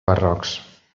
barrocs